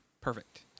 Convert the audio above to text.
Perfect